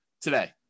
today